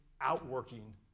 outworking